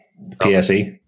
PSE